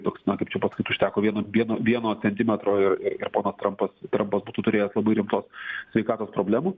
toks na kaip čia pasakyt užteko vieno vieno centimetro ir ir ir ponas trampas trampas būtų turėjęs labai rimtos sveikatos problemų